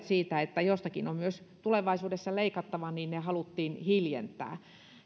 siitä että jostakin on tulevaisuudessa myös leikattava haluttiin hiljentää